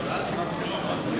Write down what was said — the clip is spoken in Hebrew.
סעיף